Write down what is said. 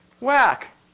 whack